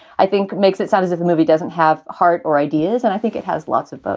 i think it makes it sound as if the movie doesn't have heart or ideas. and i think it has lots of both